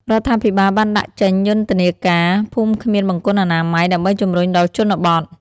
រដ្ឋាភិបាលបានដាក់ចេញយុទ្ធនាការ "ភូមិគ្មានបង្គន់អនាម័យ" ដើម្បីជំរុញដល់ជនបទ។